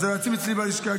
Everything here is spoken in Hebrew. אז היועצים אצלי בלשכה,